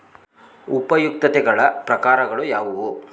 ಉಪಯುಕ್ತತೆಗಳ ಪ್ರಕಾರಗಳು ಯಾವುವು?